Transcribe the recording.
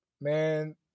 Man